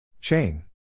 Chain